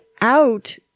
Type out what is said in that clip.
out